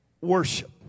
worship